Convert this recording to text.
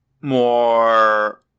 more